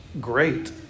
great